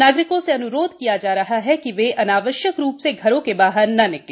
नागरिकों से अन्रोध किया जा रहा है कि वे अनावश्यक रूप से घर से बाहर नहीं निकले